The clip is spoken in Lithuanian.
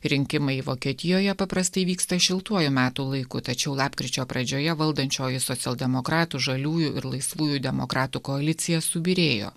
rinkimai vokietijoje paprastai vyksta šiltuoju metų laiku tačiau lapkričio pradžioje valdančioji socialdemokratų žaliųjų ir laisvųjų demokratų koalicija subyrėjo